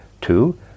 two